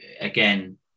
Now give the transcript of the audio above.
again